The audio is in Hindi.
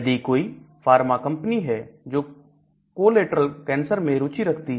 यदि कोई फार्मा कंपनी है जो कॉलेटरल कैंसर में रुचि रखती है